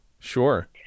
Sure